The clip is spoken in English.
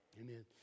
Amen